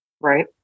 Right